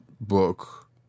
book